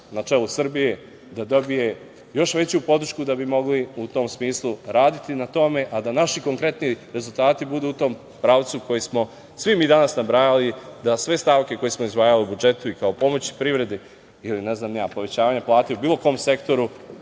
na čelu Srbije, da dobije još veću podršku, da bi mogli u tom smislu raditi na tome, a da naši konkretni rezultati budu u tom pravcu koji smo svi mi danas nabrajali, da sve stavke koje smo izdvajali u budžetu i kao pomoć privredi ili povećanje plata u bilo kom sektoru,